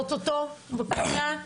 בבקשה.